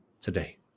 today